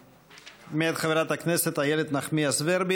מאת חברת הכנסת איילת נחמיאס ורבין.